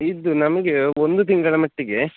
ಇದು ನಮಗೆ ಒಂದು ತಿಂಗಳ ಮಟ್ಟಿಗೆ